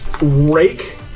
rake